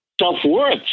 self-worth